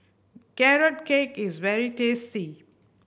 Carrot Cake is very tasty